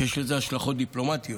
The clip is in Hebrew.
כשיש לזה השלכות דיפלומטיות,